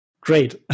Great